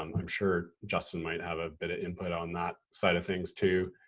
um i'm sure justin might have a bit of input on that side of things too.